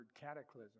cataclysm